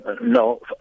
no